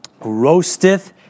roasteth